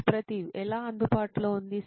సుప్రతీవ్ ఎలా అందుబాటులో ఉంది